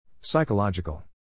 Psychological